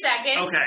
Okay